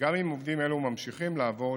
גם אם עובדים אלו ממשיכים לעבוד